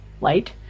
Light